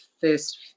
first